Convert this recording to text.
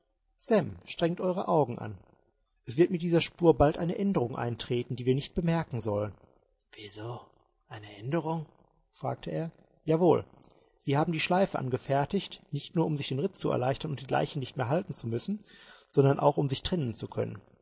sam strengt eure augen an es wird mit dieser spur bald eine aenderung eintreten die wir nicht bemerken sollen wieso eine aenderung fragte er jawohl sie haben die schleife angefertigt nicht nur um sich den ritt zu erleichtern und die leiche nicht mehr halten zu müssen sondern auch um sich trennen zu können